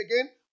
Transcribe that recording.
again